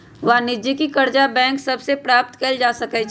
वाणिज्यिक करजा बैंक सभ से प्राप्त कएल जा सकै छइ